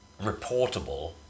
reportable